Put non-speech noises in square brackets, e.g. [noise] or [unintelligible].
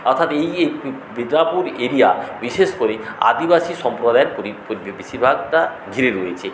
অর্থাৎ এই যে [unintelligible] মেদিনীপুর এরিয়া বিশেষ করে আদিবাসী সম্প্রদায়ের [unintelligible] বেশিরভাগটা ঘিরে রয়েছে